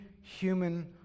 human